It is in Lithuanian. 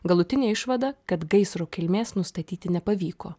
galutinė išvada kad gaisro kilmės nustatyti nepavyko